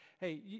hey